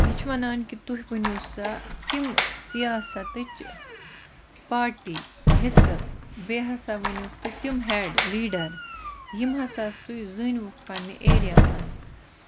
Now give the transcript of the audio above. یہِ چھُ وَنان کہِ تُہۍ ؤنو سا تِم سِیاسَتٕچ پارٹی حِصہٕ بیٚیہِ ہسا ؤنہِ ہُکھ تُہۍ تِم ہیڈ لیٖڈر یِم ہسا تُہۍ زٲنۍہُکھ پَنٕنہِ ایریا منٛز